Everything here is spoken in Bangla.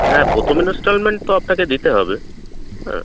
হ্যাঁ প্রথম ইনস্টলমেন্ট তো আপনাকে দিতে হবে হ্যাঁ